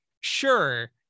Sure